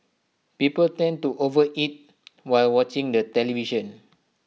people tend to overeat while watching the television